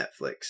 Netflix